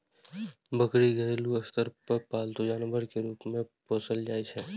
बकरी घरेलू स्तर पर पालतू जानवर के रूप मे पोसल जाइ छै